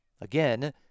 Again